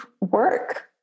work